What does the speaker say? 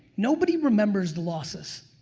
nobody remembers the losses